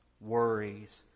worries